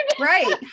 Right